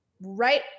right